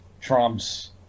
Trump's